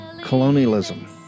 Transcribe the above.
colonialism